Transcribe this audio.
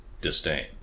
disdain